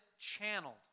channeled